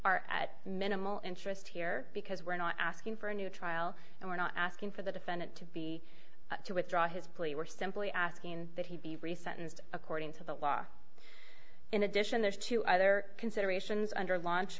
are at minimal interest here because we're not asking for a new trial and we're not asking for the defendant to be to withdraw his plea we're simply asking that he be re sentenced according to the law in addition the two other considerations under launch